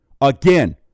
Again